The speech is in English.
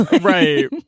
Right